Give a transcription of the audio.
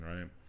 right